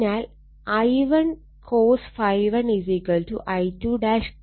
അതിനാൽ I1 cos ∅1 I2 cos31